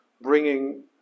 bringing